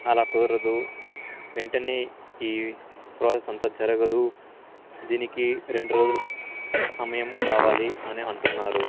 అలా కుదరదు వెంటనే ఈ ప్రాసెస్ అంతా జరగదు దీనికి రెండు రోజులు సమయం కావాలి అని అంటున్నారు